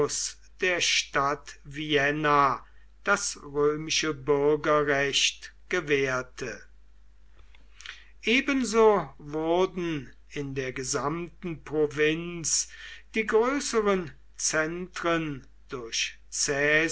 der stadt vienna das römische bürgerrecht gewährte ebenso wurden in der gesamten provinz die größeren zentren durch